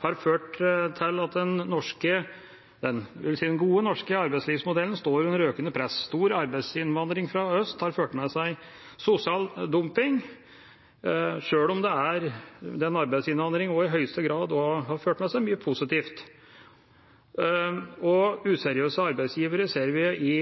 har ført til at den gode norske arbeidslivsmodellen står under økende press. Stor arbeidsinnvandring fra øst har ført med seg sosial dumping, sjøl om den arbeidsinnvandringen også i høyeste grad har ført med seg mye positivt. Og useriøse arbeidsgivere ser vi